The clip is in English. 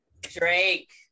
Drake